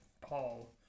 Paul